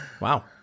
Wow